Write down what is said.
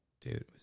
Dude